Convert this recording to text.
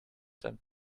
them